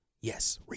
yes